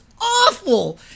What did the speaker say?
awful